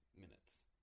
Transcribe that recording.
minutes